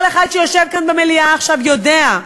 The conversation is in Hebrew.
כל אחד שיושב כאן במליאה עכשיו יודע,